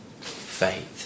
faith